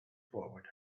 forward